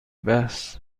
بحث